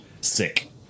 sick